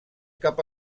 cap